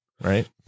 right